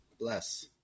Bless